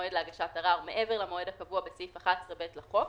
מועד להגשת ערר מעבר למועד הקבוע בסעיף 11(ב) לחוק,